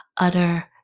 utter